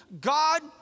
God